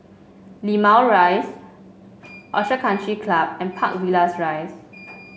Limau Rise Orchid Country Club and Park Villas Rise